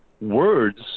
words